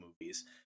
movies